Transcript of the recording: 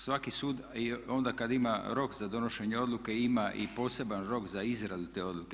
Svaki sud onda kad ima rok za donošenje odluke ima i poseban rok za izradu te odluke.